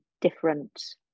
different